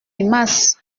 limace